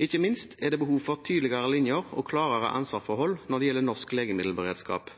Ikke minst er det behov for tydeligere linjer og klarere ansvarsforhold når det gjelder norsk legemiddelberedskap.